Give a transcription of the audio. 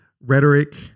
rhetoric